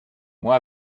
moi